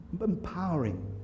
empowering